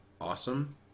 awesome